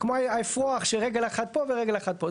כמו האפרוח שרגל אחת פה ורגל אחת פה.